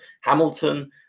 Hamilton